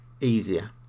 easier